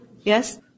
Yes